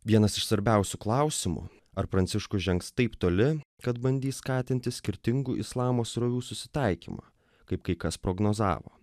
vienas iš svarbiausių klausimų ar pranciškus žengs taip toli kad bandys skatinti skirtingų islamo srovių susitaikymą kaip kai kas prognozavo